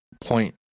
point